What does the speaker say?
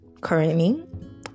currently